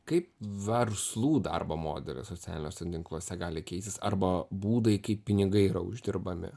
kaip verslų darbo modelius socialiniuose tinkluose gali keistis arba būdai kaip pinigai yra uždirbami